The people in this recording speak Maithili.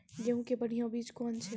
गेहूँ के बढ़िया बीज कौन छ?